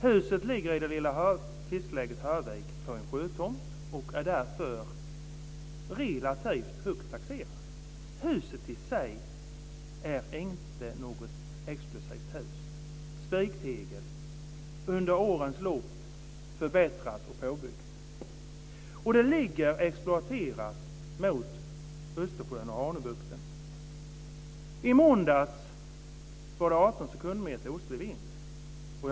Huset ligger i det lilla fiskeläget Hörvik på en sjötomt och är därför relativt högt taxerat. Huset i sig är inte något exklusivt hus. Det är spiktegel, och under årens lopp är det förbättrat och påbyggt. Det ligger exploaterat mot Östersjön och Hanöbukten. I måndags var det 18 sekundmeter ostlig vind.